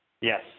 Yes